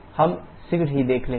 हम शीघ्र ही देख लेंगे